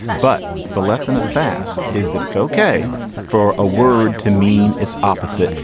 but the lesson of fast is that it's ok for a word to mean its opposite.